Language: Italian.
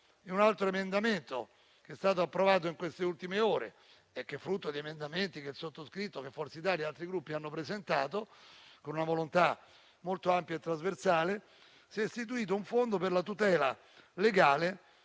con un altro emendamento approvato nelle ultime ore, frutto di emendamenti che il sottoscritto, Forza Italia e altri Gruppi hanno presentato, con una volontà molto ampia e trasversale: si è istituito un fondo per la tutela legale